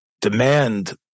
demand